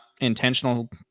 intentional